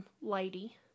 lady